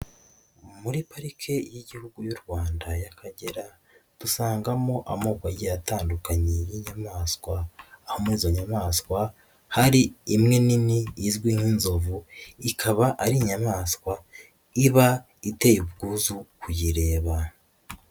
Muri parike y'igihugu y'u Rwanda y'Akagera, dusangamo amoko agiye atandukanye y'inyamaswa, aho muri izo nyamaswa hari imwe nini izwi nk'inzovu, ikaba ari inyamaswa iba iteye ubwuzu kuyireba.